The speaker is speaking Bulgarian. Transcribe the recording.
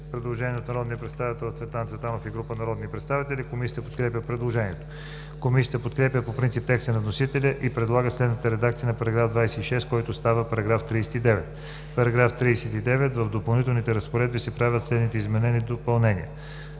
предложение от народния представител Цветан Цветанов и група народни представители. Комисията подкрепя предложението. Комисията подкрепя по принцип текста на вносителя и предлага следната редакция на § 26, който става § 39: „§ 39. В Допълнителните разпоредби се правят следните изменения и допълнения: